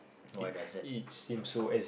why does that frus~